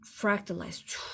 fractalized